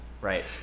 right